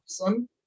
awesome